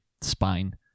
spine